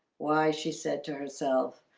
why she said to herself?